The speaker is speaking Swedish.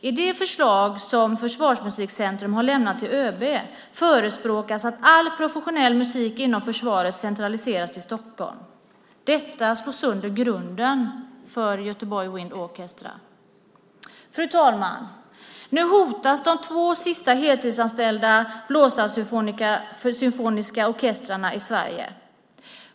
I det förslag som Försvarsmusikcentrum har lämnat till ÖB förespråkas att all professionell musik inom försvaret centraliseras till Stockholm. Detta slår sönder grunden för Göteborg Wind Orchestra. Fru talman! Nu hotas de två sista heltidsanställda blåsarsymfoniska orkestrarna i Sverige.